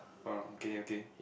oh okay okay